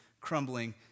crumbling